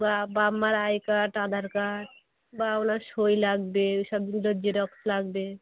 বা বাপ মার আই কার্ড আধার কার্ড বা উনার সই লাগবে ওইসবগুলোর জেরক্স লাগবে